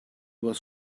was